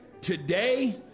today